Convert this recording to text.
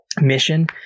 mission